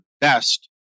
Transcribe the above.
best